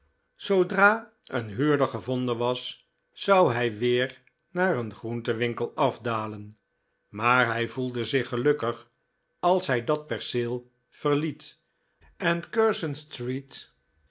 zoodra een huurder gevonden was zou hij weer naar den groentewinkel afdalen maar hij voelde zich gelukkig als hij dat perceel verliet en curzon street